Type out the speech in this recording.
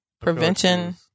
Prevention